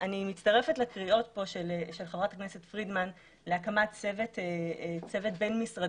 אני מצטרפת לקריאות של חברת הכנסת פרידמן להקים צוות בין-משרדי